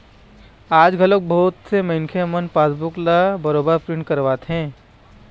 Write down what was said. आज घलोक बहुत से मनखे मन पासबूक ल बरोबर प्रिंट करवाथे